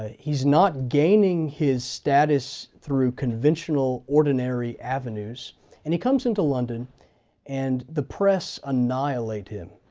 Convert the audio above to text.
ah he's not gaining his status through conventional ordinary avenues and he comes into london and the press annihilate him.